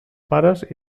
pares